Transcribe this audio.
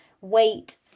weight